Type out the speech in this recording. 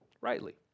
rightly